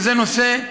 שזה נושא,